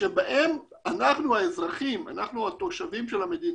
שבהן אנחנו האזרחים, התושבים של המדינה,